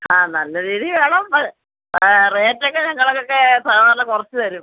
ആ നല്ല രീതിയിൽ വേണം അത് റേറ്റ് ഒക്കെ ഞങ്ങൾക്കൊക്കെ സാധാരണ കുറച്ച് തരും